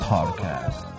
Podcast